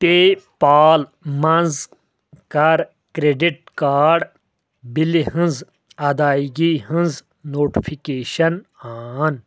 پے پال منٛز کَر credit card بِلہِ ہٕنز ادٲیگی ہٕنٛز نوٹفکیشن آن